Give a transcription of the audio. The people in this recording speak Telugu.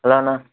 హలో అన్న